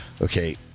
okay